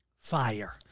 fire